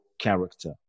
character